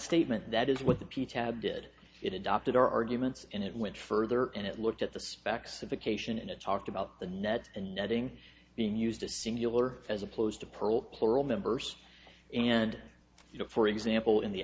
statement that is what the tea tab did it adopted our arguments and it went further and it looked at the specs a vacation and it talked about the net and netting being used to singular as opposed to pro plural numbers and you know for example in the